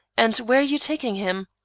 and where are you taking him?